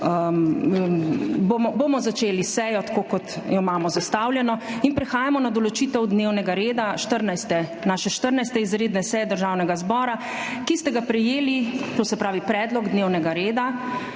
bomo nadaljevali s sejo, tako kot jo imamo zastavljeno. Prehajamo na **določitev dnevnega reda** 14. izredne seje Državnega zbora, ki ste ga prejeli, to se pravi predlog dnevnega reda,